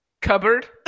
Cupboard